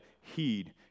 heed